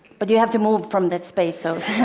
but you have to move from that space, so